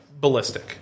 ballistic